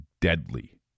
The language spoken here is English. deadly